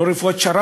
לא רפואת שר"פ,